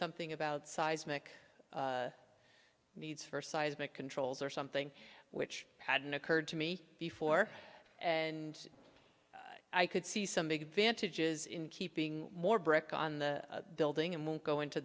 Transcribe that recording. something about seismic needs for seismic controls or something which hadn't occurred to me before and i could see some big vantages in keeping more brick on the building and won't go into